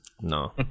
No